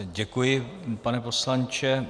Děkuji, pane poslanče.